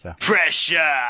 Pressure